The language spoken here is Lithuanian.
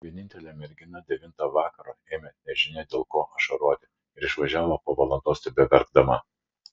vienintelė mergina devintą vakaro ėmė nežinia dėl ko ašaroti ir išvažiavo po valandos tebeverkdama